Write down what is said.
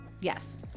Yes